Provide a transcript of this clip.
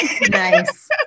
Nice